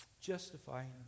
Justifying